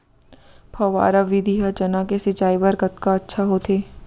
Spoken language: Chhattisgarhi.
फव्वारा विधि ह चना के सिंचाई बर कतका अच्छा होथे?